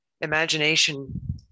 Imagination